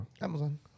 Amazon